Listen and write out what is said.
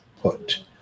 put